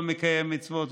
לא מקיים מצוות,